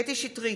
קטי קטרין שטרית,